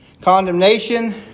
condemnation